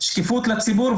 שקיפות לציבור,